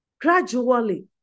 gradually